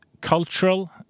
cultural